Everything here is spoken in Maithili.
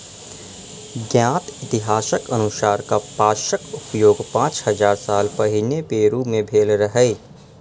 ज्ञात इतिहासक अनुसार कपासक उपयोग पांच हजार साल पहिने पेरु मे भेल रहै